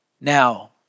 Now